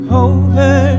over